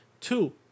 Two